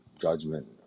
judgment